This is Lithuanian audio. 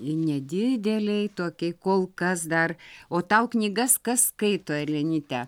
nedidelei tokiai kol kas dar o tau knygas kas skaito elenyte